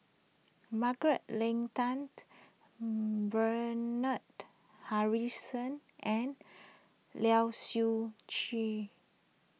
Margaret Leng Tan Bernard Harrison and Lai Siu Chiu